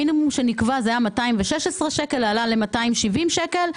המינימום שנקבע היה 216 שקל, עלה ל-270 שקל.